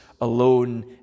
alone